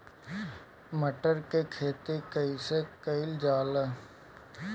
मटर के खेती कइसे कइल जाला?